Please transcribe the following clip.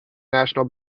national